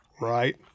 right